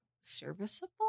serviceable